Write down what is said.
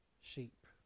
sheep